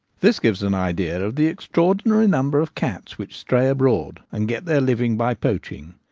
this gives an idea of the extraordinary number of cats which stray abroad and get their living by poaching.